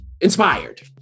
inspired